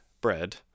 bread